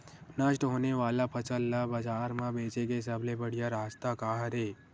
नष्ट होने वाला फसल ला बाजार मा बेचे के सबले बढ़िया रास्ता का हरे?